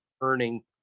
earning